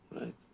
Right